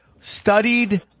studied